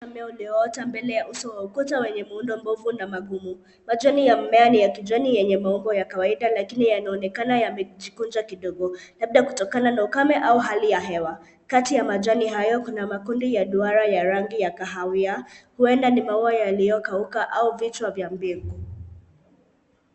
Mmea umeota mbele ya uso wa ukuta wenye muundo mbovu na magumu. Majani ya mmea ni ya kijani yenye maumbo ya kawaida lakini yanaonekana yamejikunja kidogo, labda kutokana na ukame au hali ya hewa. Kati ya majani hayo kuna makundi ya duara ya rangi ya kahawia, huenda ni maua yaliyokauka au vichwa vya mbegu.